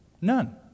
None